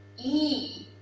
e,